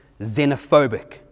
xenophobic